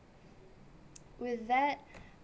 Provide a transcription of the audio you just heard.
with that